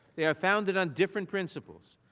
they are founded on different principles.